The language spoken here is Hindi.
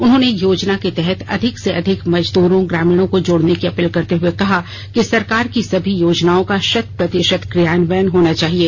उन्होंने योजना के तहत अधिक से अधिक मजदूरों ग्रामीणों को जोड़ने की अपील करते हुए कहा कि सरकार की सभी योजनाओं का शत प्रतिशत क्रियान्वयन होना चाहिए